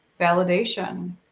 validation